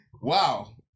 Wow